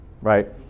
Right